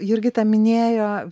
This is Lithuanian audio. jurgita minėjo